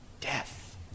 death